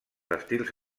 estils